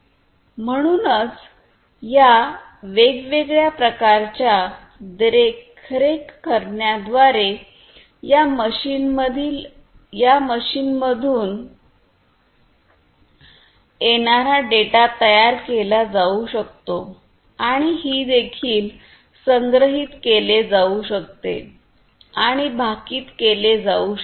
म्हणूनच या वेगवेगळ्या प्रकारच्या देखरेख करण्याद्वारे या मशीनमधून येणारा डेटा तयार केला जाऊ शकतो आणि हे देखील संग्रहित केले जाऊ शकते आणि भाकित केले जाऊ शकते